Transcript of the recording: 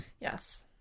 Yes